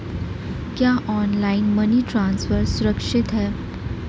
क्या online money transfer सुरक्षित है?